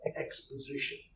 exposition